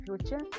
future